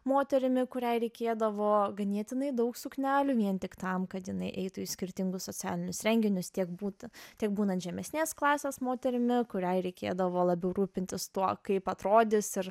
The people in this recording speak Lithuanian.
moterimi kuriai reikėdavo ganėtinai daug suknelių vien tik tam kad jinai eitų į skirtingus socialinius renginius tiek būt tiek būnant žemesnės klasės moterimi kuriai reikėdavo labiau rūpintis tuo kaip atrodys ir